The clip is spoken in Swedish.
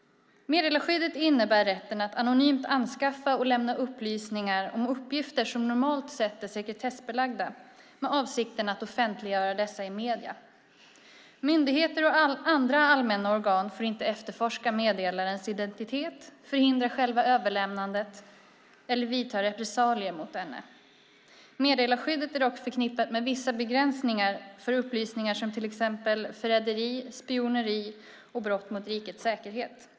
Meddelarskyddet innebär rätten att anonymt anskaffa och lämna upplysningar om uppgifter som normalt sett är sekretessbelagda med avsikten att offentliggöra dessa i medier. Myndigheter och andra allmänna organ får inte efterforska meddelarens identitet, förhindra själva överlämnandet eller vidta repressalier mot denne. Meddelarskyddet är dock förknippat med vissa begränsningar för upplysningar som gäller till exempel förräderi, spioneri och brott mot rikets säkerhet.